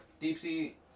deep-sea